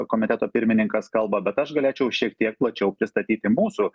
komiteto pirmininkas kalba bet aš galėčiau šiek tiek plačiau pristatyti mūsų